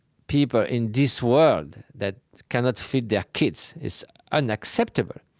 people in this world that cannot feed their kids. it's unacceptable.